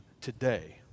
today